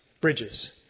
Bridges